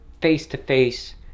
face-to-face